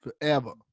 Forever